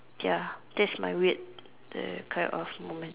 ya that's my weird the kind of moment